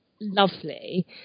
lovely